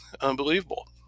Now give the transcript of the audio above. unbelievable